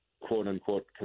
quote-unquote